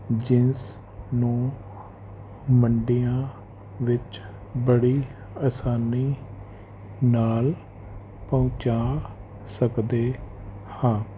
ਜਿਣਸ ਨੂੰ ਮੰਡੀਆਂ ਵਿੱਚ ਬੜੀ ਆਸਾਨੀ ਨਾਲ ਪਹੁੰਚਾ ਸਕਦੇ ਹਾਂ